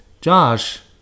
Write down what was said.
Josh